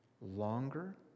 longer